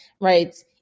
right